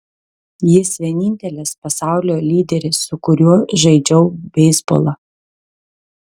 jis vienintelis pasaulio lyderis su kuriuo žaidžiau beisbolą